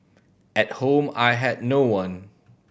at home I had no one